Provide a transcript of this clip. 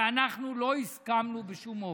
ואנחנו לא הסכמנו בשום אופן.